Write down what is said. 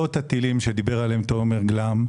לא את הטילים שדיבר עליהם תומר גלאם,